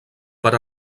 per